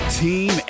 team